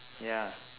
ya